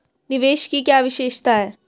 निवेश की क्या विशेषता है?